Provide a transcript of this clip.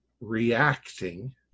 reacting